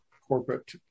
corporate